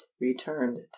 returned